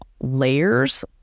layers